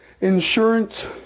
insurance